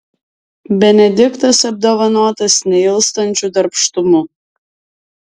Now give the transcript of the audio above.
benediktas apdovanotas neilstančiu darbštumu